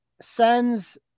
Sends